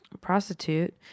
prostitute